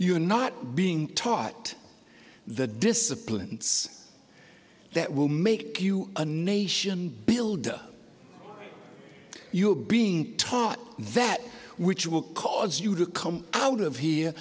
you not being taught the disciplines that will make you a nation builder you are being taught that which will cause you to come out of here